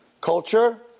culture